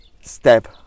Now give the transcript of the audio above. step